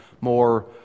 more